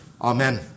Amen